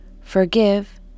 Forgive